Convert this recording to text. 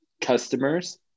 customers